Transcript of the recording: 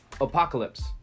apocalypse